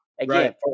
again